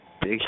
Big